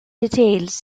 details